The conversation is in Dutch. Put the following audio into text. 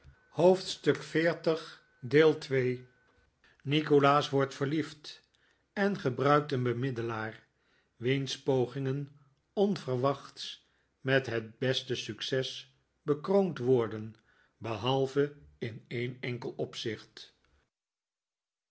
xl nikolaas wordt verliefd en gebruikt een bemiddelaar wiens pogingen onverwachts met het beste succes bekroond worden behalve in en enkel opzicht